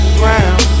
ground